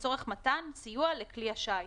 "לצורך מתן סיוע לכלי השיט".